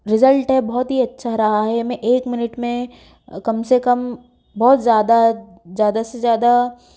result है बहुत अच्छा रहा है मैं एक मिनट में कम से कम बहुत ज़्यादा ज़्यादा से जादा